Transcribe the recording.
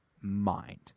mind